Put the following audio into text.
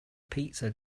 pizza